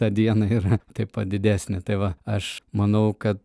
tą dieną yra taip pat didesnė tai va aš manau kad